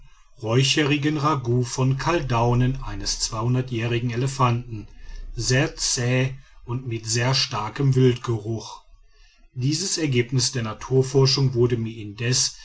räucherigen ragout von kaldaunen eines zweihundertjährigen elefanten sehr zähe und mit sehr starkem wildgeruch dieses ergebnis der naturforschung wurde mir indes